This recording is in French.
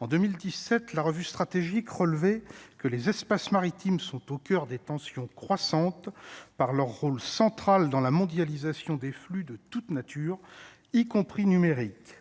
en 2017, la revue stratégique relevé que les espaces maritimes sont au coeur des tensions croissantes par leur rôle central dans la mondialisation des flux de toute nature y compris numériques